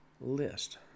list